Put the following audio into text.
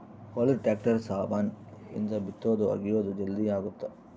ಹೊಲದ ಟ್ರಾಕ್ಟರ್ ಸಾಮಾನ್ ಇಂದ ಬಿತ್ತೊದು ಅಗಿಯೋದು ಜಲ್ದೀ ಅಗುತ್ತ